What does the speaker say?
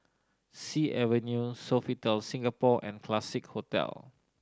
Sea Avenue Sofitel Singapore and Classique Hotel